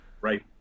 right